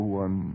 one